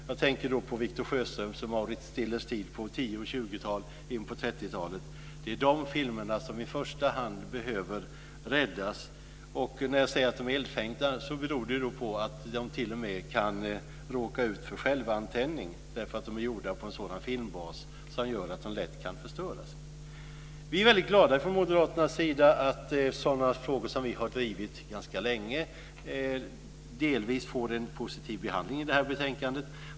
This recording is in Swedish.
Jag tänker på Victor Sjöströms och Mauritz Stillers tid på 10 och 20-talet och in på 30-talet. Det är i första hand de filmerna som behöver räddas. När jag säger att dessa filmer är eldfängda beror det på att de t.o.m. kan råka ut för självantändning. De är gjorda på en sådan filmbas att de lätt kan förstöras. Vi är från moderaternas sida väldigt glada över att frågor som vi har drivit ganska länge delvis får en positiv behandling i det här betänkandet.